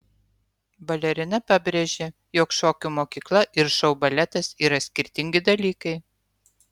balerina pabrėžė jog šokių mokykla ir šou baletas yra skirtingi dalykai